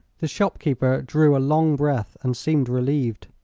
the shopkeeper drew a long breath and seemed relieved.